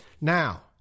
Now